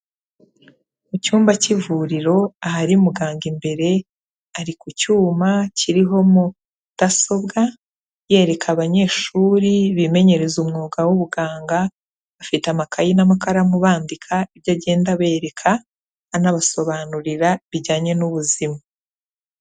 Mu cyumba cy'ivuriro ahari muganga imbere, ari ku cyuma kiriho mudasobwa, yereka abanyeshuri bimenyereza umwuga w'ubuganga, bafite amakayi n'amakaramu bandika ibyo agenda abereka, anabasobanurira bijyanye n'ubuzima.